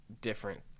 different